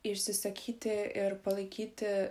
išsisakyti ir palaikyti